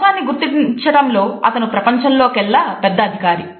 మోసాన్ని గుర్తించటంలో అతను ప్రపంచంలో కెల్లా పెద్ద అధికారి